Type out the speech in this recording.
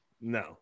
No